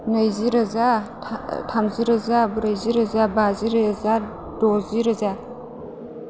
नैजि रोजा थामजि रोजा ब्रैजि रोजा बाजि रोजा द'जि रोजा